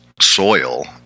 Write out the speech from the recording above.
soil